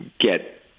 get